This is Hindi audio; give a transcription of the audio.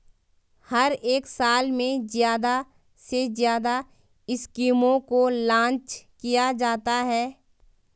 हर एक साल में ज्यादा से ज्यादा स्कीमों को लान्च किया जाता है